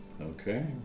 Okay